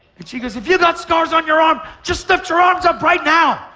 and she goes if you've got scars on your arm, just lift your arms up right now.